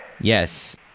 Yes